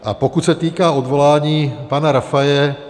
A pokud se týká odvolání pana Rafaje.